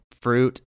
fruit